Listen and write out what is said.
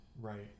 Right